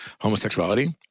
homosexuality